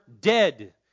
dead